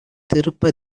திருப்ப